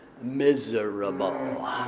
miserable